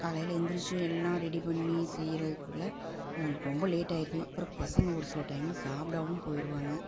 காலையில எந்திரிச்சு எல்லா ரெடி பண்ணி செய்யறதுக்குள்ளே ரொம்ப லேட்டாயிருது அப்புறம் பசங்க ஒரு சில டைமில் சாப்பிடாமையே போய்ருவாங்க